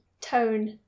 tone